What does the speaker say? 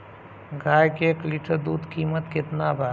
गाय के एक लीटर दूध कीमत केतना बा?